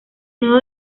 nuevo